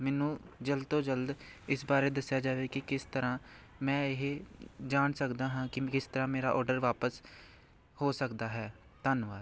ਮੈਨੂੰ ਜਲਦ ਤੋ ਜਲਦ ਇਸ ਬਾਰੇ ਦੱਸਿਆ ਜਾਵੇ ਕਿ ਕਿਸ ਤਰ੍ਹਾਂ ਮੈਂ ਇਹ ਜਾਣ ਸਕਦਾ ਹਾਂ ਕਿ ਮੈਂ ਕਿਸ ਤਰ੍ਹਾਂ ਮੇਰਾ ਔਡਰ ਵਾਪਸ ਹੋ ਸਕਦਾ ਹੈ ਧੰਨਵਾਦ